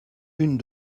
une